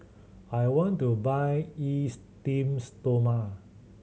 I want to buy Esteem Stoma